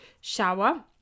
shower